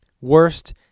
Worst